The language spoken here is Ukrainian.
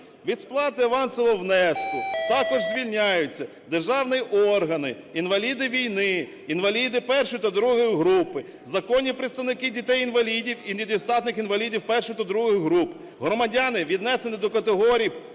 "Від сплати авансового внеску також звільняються державні органи, інваліди війни, інваліди І та ІІ груп, законні представники дітей-інвалідів і недієздатних інвалідів І та ІІ груп, громадяни, віднесені до категорії